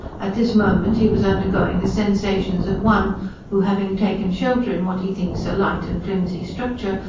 at this moment he was undergoing the sensations of one who, having taken shelter in what he thinks a light and flimsy structure,